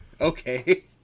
Okay